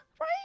right